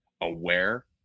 aware